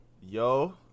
Yo